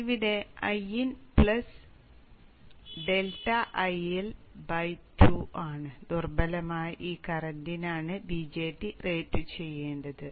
അതിനാൽ ഇവിടെ Iin ∆ IL 2 ആണ് ദുർബലമായ ഈ കറന്റിനാണ് BJT റേറ്റുചെയ്യേണ്ടത്